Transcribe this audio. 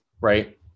right